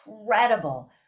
incredible